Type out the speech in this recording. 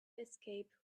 escape